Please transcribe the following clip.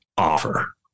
offer